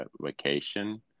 vacation